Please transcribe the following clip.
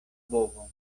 bovo